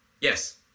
Yes